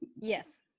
yes